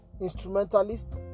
instrumentalist